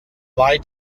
lie